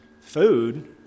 Food